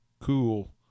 cool